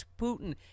Putin